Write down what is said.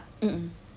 mmhmm